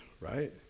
Right